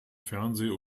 fernseh